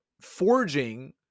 forging